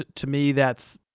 to me that's,